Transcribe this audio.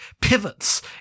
pivots